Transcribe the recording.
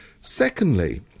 Secondly